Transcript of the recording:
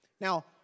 Now